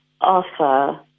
offer